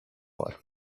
war